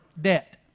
debt